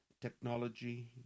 technology